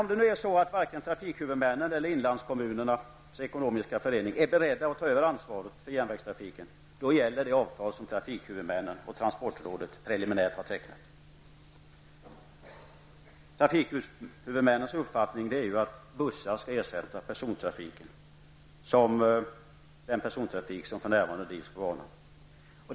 Om det nu är så att varken trafikhuvudmännen eller inlandskommunerna Ekonomisk Förening är beredda att ta över ansvaret för järnvägstrafiken, gäller de avtal trafikhuvudmännen och transportrådet preliminärt har tecknat. Trafikhuvudmännens uppfattning är att bussar skall ersätta persontrafiken som för närvarande drivs på banan.